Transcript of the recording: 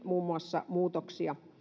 muun muassa perusopetuslakiin muutoksia